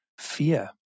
fear